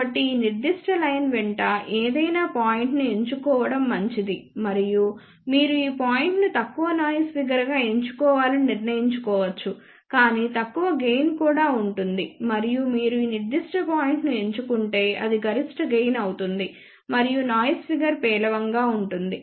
కాబట్టి ఈ నిర్దిష్ట లైన్ వెంట ఏదైనా పాయింట్ను ఎంచుకోవడం మంచిది మరియు మీరు ఈ పాయింట్ను తక్కువ నాయిస్ ఫిగర్ గా ఎంచుకోవాలని నిర్ణయించుకోవచ్చు కానీ తక్కువ గెయిన్ కూడా ఉంటుంది మరియు మీరు ఈ నిర్దిష్ట పాయింట్ ను ఎంచుకుంటే అది గరిష్ట గెయిన్ అవుతుంది మరియు నాయిస్ ఫిగర్ పేలవం గా ఉంటుంది